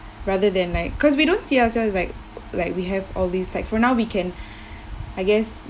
rather than like cause we don't see ourselves like like we have all this tax for now we can I guess